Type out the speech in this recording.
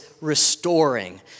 restoring